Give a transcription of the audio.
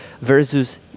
versus